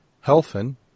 Helfen